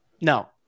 No